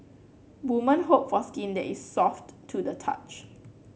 women hope for skin that is soft to the touch